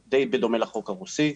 די בדומה לחוק הרוסי,